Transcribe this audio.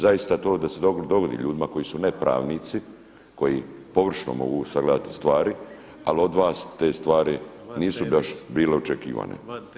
Zaista to da se dogodi ljudima koji su ne-pravnici koji površno mogu sagledati stvari, ali od vas te stvari nisu baš bile očekivane.